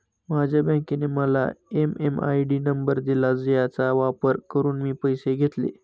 माझ्या बँकेने मला एम.एम.आय.डी नंबर दिला ज्याचा वापर करून मी पैसे घेतले